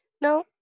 No